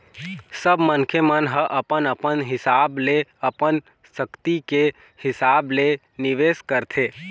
सब मनखे मन ह अपन अपन हिसाब ले अपन सक्ति के हिसाब ले निवेश करथे